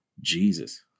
Jesus